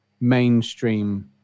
mainstream